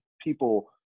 people